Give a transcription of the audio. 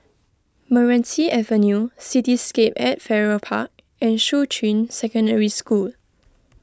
Meranti Avenue Cityscape at Farrer Park and Shuqun Secondary School